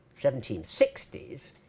1760s